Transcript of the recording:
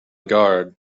guard